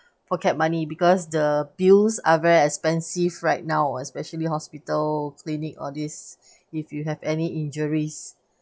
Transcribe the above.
pocket money because the bills are very expensive right now especially hospital clinic all this if you have any injuries